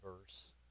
verse